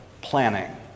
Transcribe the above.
planning